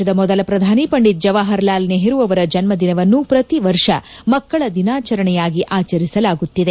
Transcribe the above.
ದೇಶದ ಮೊದಲ ಪ್ರಧಾನಿ ಪಂಡಿತ್ ಜವಾಹರ್ ಲಾಲ್ ನೆಹರು ಅವರ ಜನ್ಮದಿನವನ್ನು ಪ್ರತಿವರ್ಷ ಮಕ್ಕಳ ದಿನಾಚರಣೆಯಾಗಿ ಆಚರಿಸಲಾಗುತ್ತಿದೆ